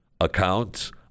accounts